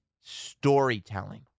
storytelling